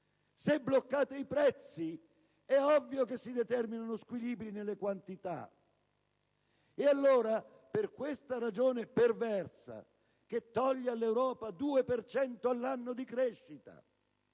si bloccano i prezzi, è ovvio che si determinano squilibri nelle quantità. È questa ragione perversa che toglie all'Europa il 2 per cento all'anno di crescita!